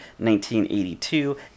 1982